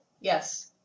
Yes